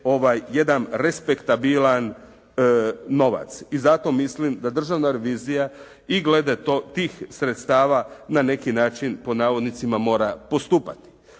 jedan respektabilan novac. I zato mislim da državna revizija i glede tih sredstava na neki način "mora postupati."